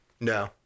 no